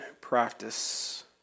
practice